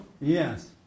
Yes